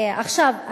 עכשיו,